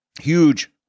Huge